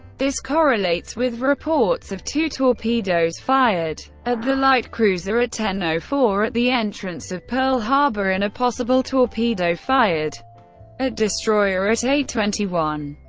this correlates with reports of two torpedoes fired at the light cruiser at ten four at the entrance of pearl harbor, and a possible torpedo fired at destroyer at eight twenty one.